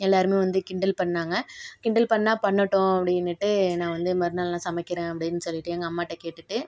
எல்லாருமே வந்து கிண்டல் பண்ணாங்க கிண்டல் பண்ணால் பண்ணட்டும் அப்படினுட்டு நான் வந்து மறுநாள் நான் சமைக்கிறேன் அப்படின் சொல்லிவிட்டு எங்கள் அம்மாகிட்ட கேட்டுகிட்டு